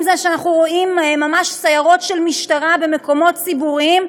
אם זה שאנחנו רואים ממש סיירות של משטרה במקומות ציבוריים,